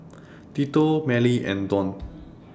Tito Mellie and Dawn